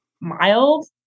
mild